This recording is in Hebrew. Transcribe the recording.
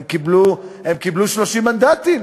הם קיבלו 30 מנדטים.